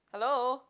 hello